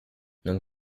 non